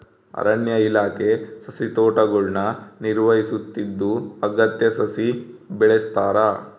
ಅರಣ್ಯ ಇಲಾಖೆ ಸಸಿತೋಟಗುಳ್ನ ನಿರ್ವಹಿಸುತ್ತಿದ್ದು ಅಗತ್ಯ ಸಸಿ ಬೆಳೆಸ್ತಾರ